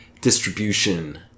distribution